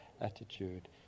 attitude